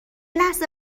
لحظه